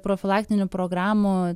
profilaktinių programų